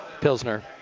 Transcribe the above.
Pilsner